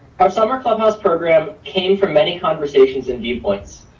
our summer clubhouse program came from many conversations and viewpoints.